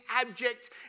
abject